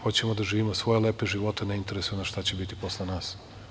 Hoćemo da živimo svoje lepe živote ne interesuje nas šta će biti posle nas.